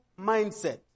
Mindset